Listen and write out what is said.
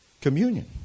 Communion